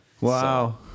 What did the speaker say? Wow